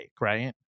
right